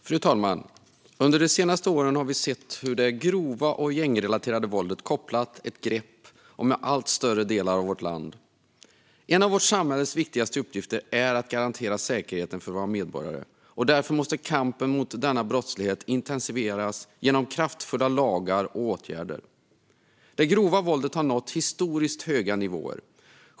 Fru talman! Under de senaste åren har vi sett hur det grova gängrelaterade våldet har kopplat ett grepp om allt större delar av vårt land. En av vårt samhälles viktigaste uppgifter är att garantera säkerheten för sina medborgare. Därför måste kampen mot denna brottslighet intensifieras genom kraftfulla lagar och åtgärder. Det grova våldet har nått historiskt höga nivåer.